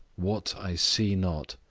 what i see not,